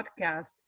podcast